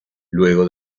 luego